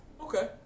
Okay